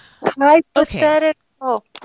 Hypothetical